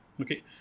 Okay